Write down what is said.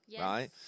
Right